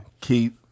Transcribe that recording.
Keith